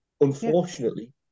Unfortunately